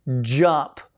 jump